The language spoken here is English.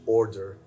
order